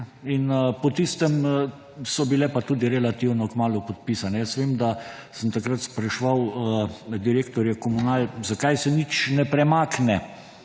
Po tistem so bile pa tudi relativno kmalu podpisane. Vem, da sem takrat spraševal direktorje komunal, zakaj se nič ne premakne,